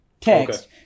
text